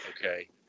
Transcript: okay